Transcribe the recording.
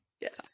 Yes